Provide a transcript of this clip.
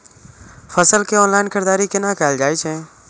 फसल के ऑनलाइन खरीददारी केना कायल जाय छै?